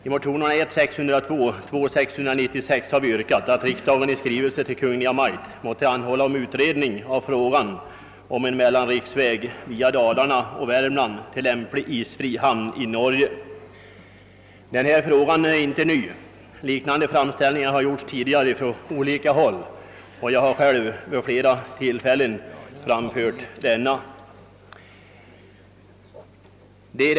I motionerna I1:602 och II:696 har vi yrkat att riksdagen i skrivelse till Kungl. Maj:t måtte anhålla om utredning av frågan om en mellanriksväg via Dalarna och Värmland till lämplig isfri hamn i Norge. Denna fråga är inte ny. Liknande framställningar har gjorts tidigare ifrån olika håll, och jag har själv vid flera tillfällen fört frågan på tal.